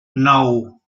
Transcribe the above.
nou